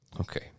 Okay